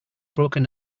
broken